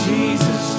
Jesus